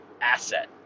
asset